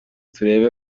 turebe